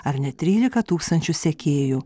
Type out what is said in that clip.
ar net trylika tūkstančių sekėjų